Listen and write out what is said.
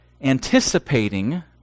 anticipating